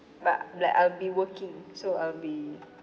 but like I'll be working so I'll be